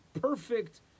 perfect